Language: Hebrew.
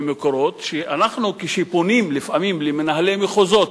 ל"מקורות": כשאנחנו פונים לפעמים למנהלי מחוזות